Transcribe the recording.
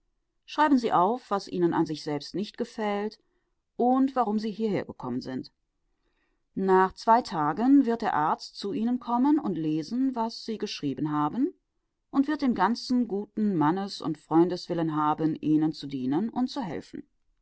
schreiben sie auf was ihnen an sich selbst nicht gefällt und warum sie hierhergekommen sind nach zwei tagen wird der arzt zu ihnen kommen wird lesen was sie geschrieben haben und wird den ganzen guten mannes und freundeswillen haben ihnen zu dienen und zu helfen